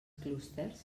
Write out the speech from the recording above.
clústers